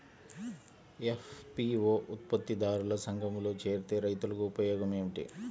FPO ఉత్పత్తి దారుల సంఘములో చేరితే రైతులకు ఉపయోగము ఏమిటి?